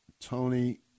Tony